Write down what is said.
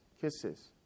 kisses